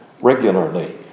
regularly